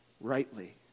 rightly